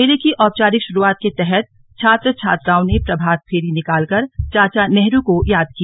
मेले की औपचारिक शुरूआत के तहत छात्र छात्राओं ने प्रभात फेरी निकालकर चाचा नेहरू को याद किया